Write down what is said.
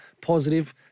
positive